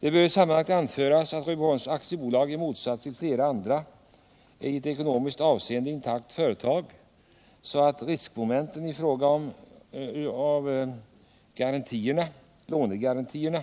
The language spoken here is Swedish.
Det bör i sammanhanget anföras att Rydboholm, i motsats till många andra företag, är ett i ekonomiskt avseende intakt företag, så riskmomenten i fråga om lånegarantierna